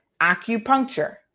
acupuncture